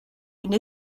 une